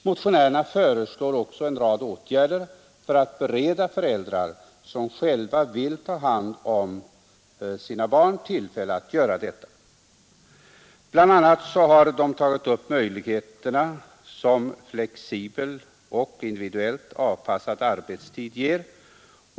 Motionärerna föreslår också en rad åtgärder för att bereda föräldrar, som själva vill ta hand om sina barn, tillfälle att göra detta. Bl. a. pekar motionärerna på de möjligheter som flexibel och individuellt avpassad arbetstid ger.